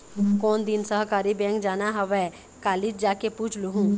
कोन दिन सहकारी बेंक जाना हवय, कालीच जाके पूछ लूहूँ